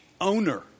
owner